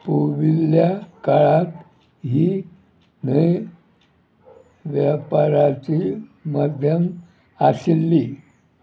पुर्विल्ल्या काळांत ही न्हंय वेपाराची माध्यम आशिल्ली